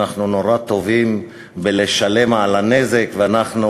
אנחנו נורא טובים בלשלם על הנזק ואנחנו